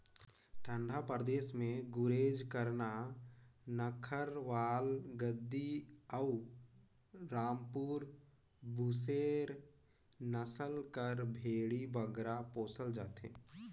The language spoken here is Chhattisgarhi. ठंडा परदेस में गुरेज, करना, नक्खरवाल, गद्दी अउ रामपुर बुसेर नसल कर भेंड़ी बगरा पोसल जाथे